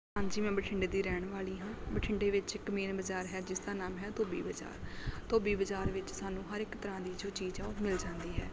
ਹਾਂਜੀ ਮੈਂ ਬਠਿੰਡੇ ਦੀ ਰਹਿਣ ਵਾਲੀ ਹਾਂ ਬਠਿੰਡੇ ਵਿੱਚ ਇੱਕ ਮੇਨ ਬਜ਼ਾਰ ਹੈ ਜਿਸ ਦਾ ਨਾਮ ਹੈ ਧੋਬੀ ਬਜ਼ਾਰ ਧੋਬੀ ਬਜ਼ਾਰ ਵਿੱਚ ਸਾਨੂੰ ਹਰ ਇੱਕ ਤਰ੍ਹਾਂ ਦੀ ਜੋ ਚੀਜ਼ ਹੈ ਉਹ ਮਿਲ ਜਾਂਦੀ ਹੈ